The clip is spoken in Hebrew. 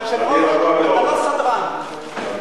אתה יושב-ראש, אתה לא סדרן.